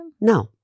No